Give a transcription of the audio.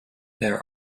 there